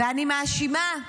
ואני מאשימה,